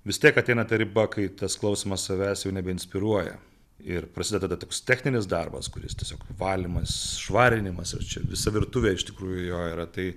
vis tiek ateina ta riba kai tas klausymas savęs jau nebe inspiruoja ir prasideda tada toks techninis darbas kuris tiesiog valymas švarinimas jau čia visa virtuvė iš tikrųjų jo yra tai